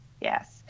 yes